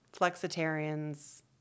Flexitarians